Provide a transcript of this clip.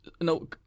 No